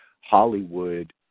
Hollywood